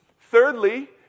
Thirdly